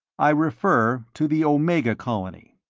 i refer to the omega colony.